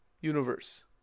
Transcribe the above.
universe